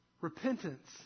Repentance